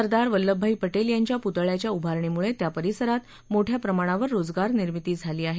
सरदार वल्लभभाई पटेल यांच्या पुतळ्याच्या उभारणीमुळे त्या परिसरात मोठ्या प्रमाणावर रोजगार निर्मिती झाली आहे